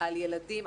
על ילדים,